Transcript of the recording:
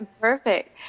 Perfect